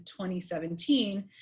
2017